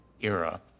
era